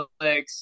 Netflix